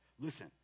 listen